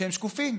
שהם שקופים,